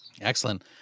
Excellent